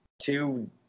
two